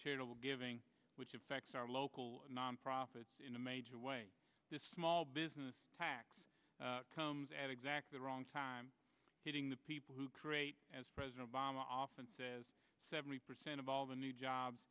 charitable giving which affects our local nonprofits in a major way this small business tax comes at exactly the wrong time hitting the people who create as president obama often says seventy percent of all the new jobs